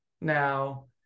now